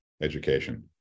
education